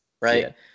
right